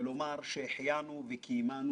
ולומר: שהחיינו וקיימנו